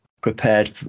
prepared